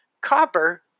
copper